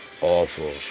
awful